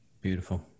Beautiful